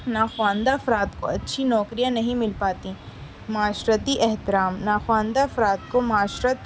ناخواندہ افراد کو اچھی نوکریاں نہیں مل پاتیں معاشرتی احترام ناخواندہ افراد کو معاشرت